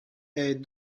est